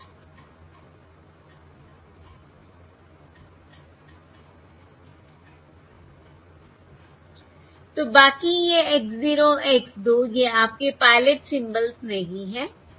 तो बाकी ये X 0 X 2 ये आपके पायलट सिंबल्स नहीं हैं